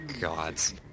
Gods